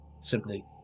simply